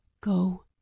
Go